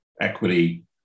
equity